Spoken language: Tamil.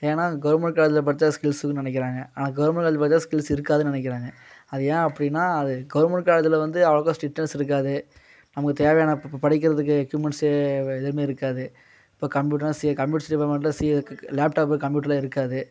ஏன்னால் அது கவுர்மெண்ட் காலேஜில் படிச்சால் ஸ்கில்ஸ் இல்லைனு நினைக்கிறாங்க ஆனால் கவுர்மெண்ட் காலேஜில் படிச்சால் ஸ்கில்ஸ் இருக்காதுன்னு நினைக்கிறாங்க அது ஏன் அப்படின்னா அது கவுர்மெண்ட் காலேஜில் வந்து அவ்வளோவுக்கா ஸ்ட்ரிட்னஸ் இருக்காது நமக்கு தேவையான படிக்கறதுக்கு எக்கியூமெண்ட்ஸு எதுவுமே இருக்காது இப்போ கம்ப்யூட்டர்னா சிஏ கம்ப்யூட்டர்ஸ் டிப்பார்ட்மெண்டில் சிஏக்கு லேப்டாப்பு கம்ப்யூட்டரெலாம் இருக்காது